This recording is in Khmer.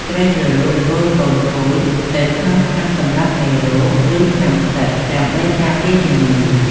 ត្រូវជ្រលក់គល់កូនពូជទៅក្នុងថ្នាំសម្លាប់មេរោគ ឬថ្នាំផ្សិតដើម្បីការពារជំងឺ។